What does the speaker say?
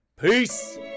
Peace